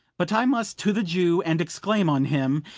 but i must to the jew, and exclaim on him,